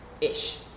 Ish